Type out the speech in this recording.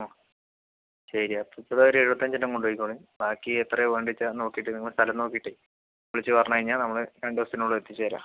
ആ ശരി അപ്പോൾ ഇപ്പോൾ ഒരു എഴുപത്തഞ്ച് എണ്ണം കൊണ്ടു പോയിക്കോളീൻ ബാക്കി എത്രയാണ് വേണ്ടേച്ചാൽ നോക്കിയിട്ട് നിങ്ങൾ സ്ഥലം നോക്കിയിട്ട് വിളിച്ച് പറഞ്ഞ് കഴിഞ്ഞാൽ നമ്മൾ രണ്ട് ദിവസത്തിനുള്ളിൽ എത്തിച്ചു തരാം